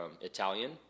italian